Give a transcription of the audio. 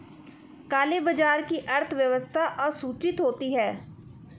काले बाजार की अर्थव्यवस्था असूचित होती है